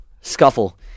scuffle